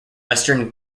western